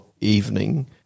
evening